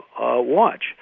watch